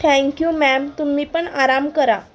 thank you ma'am तुम्ही पण आराम करा